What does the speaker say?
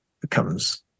becomes